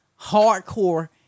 hardcore